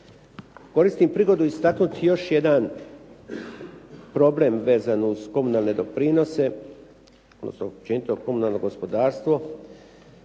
Koristim prigodu istaknuti još jedan vezano uz komunalne doprinose, odnosno općenito komunalno gospodarstvo.